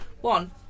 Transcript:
One